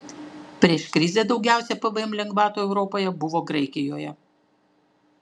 prieš krizę daugiausiai pvm lengvatų europoje buvo graikijoje